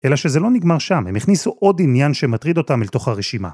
אלא שזה לא נגמר שם, הם הכניסו עוד עניין שמטריד אותם אל תוך הרשימה.